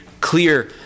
clear